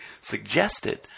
suggested